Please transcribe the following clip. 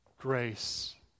Grace